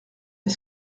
est